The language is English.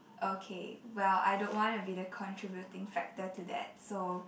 okay well I don't want to be the contributing factor to that so